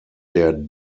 der